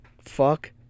fuck